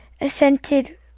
assented